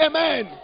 Amen